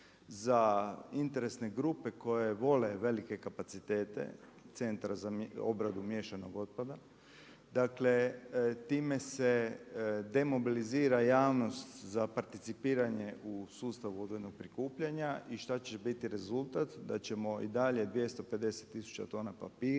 za interesne grupe koje vole velike kapacitete Centra za obradu miješanog otpada. Dakle, time se demobilizira javnost za participiranje u sustavu odvojenog prikupljanja. I šta će biti rezultat? Da ćemo i dalje 250000 tona papira